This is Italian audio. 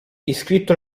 iscritto